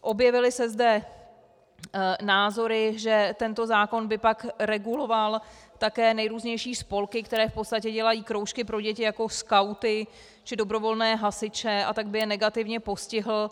Objevily se zde názory, že tento zákon by pak reguloval také nejrůznější spolky, které v podstatě dělají kroužky pro děti, jako skauty či dobrovolné hasiče, a tak by je negativně postihl.